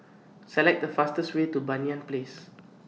Select The fastest Way to Banyan Place